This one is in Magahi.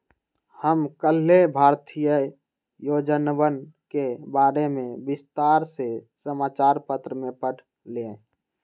हम कल्लेह भारतीय योजनवन के बारे में विस्तार से समाचार पत्र में पढ़ लय